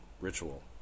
ritual